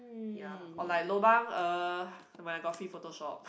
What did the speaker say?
ya or like lobang uh never mind I got free photoshop